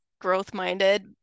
growth-minded